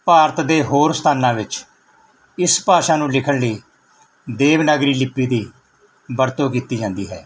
ਭਾਰਤ ਦੇ ਹੋਰ ਸਥਾਨਾਂ ਵਿੱਚ ਇਸ ਭਾਸ਼ਾ ਨੂੰ ਲਿਖਣ ਲਈ ਦੇਵਨਾਗਰੀ ਲਿਪੀ ਦੀ ਵਰਤੋਂ ਕੀਤੀ ਜਾਂਦੀ ਹੈ